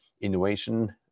innovation